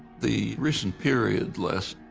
the recent period, last,